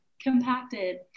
compacted